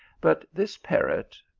but this parrot,